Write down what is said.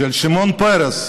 של שמעון פרס,